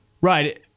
Right